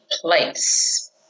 place